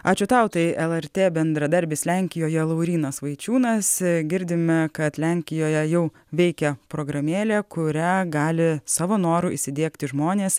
ačiū tau tai lrt bendradarbis lenkijoje laurynas vaičiūnas girdime kad lenkijoje jau veikia programėlė kurią gali savo noru įsidiegti žmonės